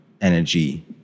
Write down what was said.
energy